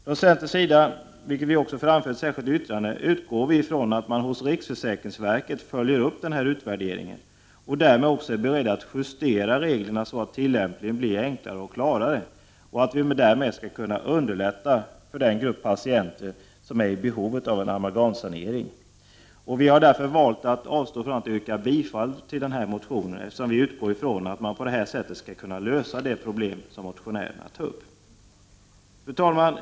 Från centerns sida, vilket vi också framför i ett särskilt yttrande, utgår vi ifrån att man hos riksförsäkringsverket följer upp denna utvärdering och att man därmed också är beredd att justera reglerna så att tillämpningen blir enklare och klarare och att vi därmed skall kunna underlätta för den grupp patienter som är i behov utav en amalgamsanering. Och vi har valt att avstå från att yrka bifall till den här motionen, eftersom vi utgår från att man på det här sättet skall kunna lösa de problem som motionärerna tar upp. Fru talman!